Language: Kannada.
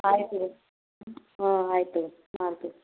ಆಯಿತು ರೀ ಹಾಂ ಆಯ್ತು ತಗೋರಿ ಮಾಡ್ತೀವಿ